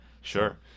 sure